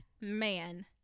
man